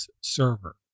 server